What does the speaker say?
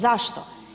Zašto?